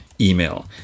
email